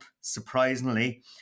surprisingly